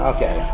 Okay